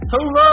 Hello